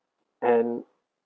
and